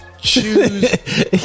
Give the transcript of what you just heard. choose